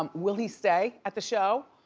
um will he stay at the show?